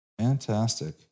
Fantastic